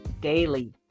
daily